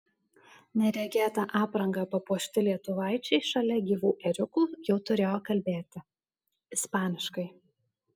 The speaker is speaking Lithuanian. neregėta apranga papuošti lietuvaičiai šalia gyvų ėriukų jau turėjo kalbėti ispaniškai